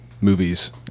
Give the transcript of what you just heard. movies